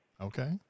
Okay